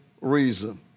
reason